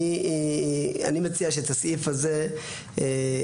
הנימוק השלישי הוא פגיעה בבית הציונות הדתית בכפר הרא"ה